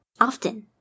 often